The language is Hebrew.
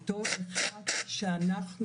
בתור אחת שאנחנו,